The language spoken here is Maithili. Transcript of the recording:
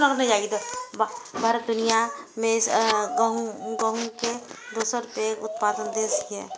भारत दुनिया मे गहूमक दोसर सबसं पैघ उत्पादक देश छियै